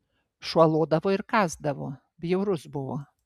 šuo lodavo ir kąsdavo bjaurus buvo